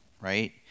right